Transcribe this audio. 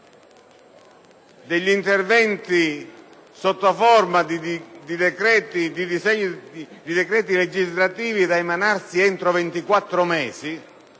interventi sotto forma di decreti legislativi da emanarsi entro 24 mesi.